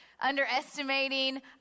Underestimating